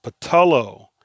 Patullo